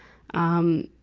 um,